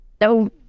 No